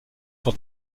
sur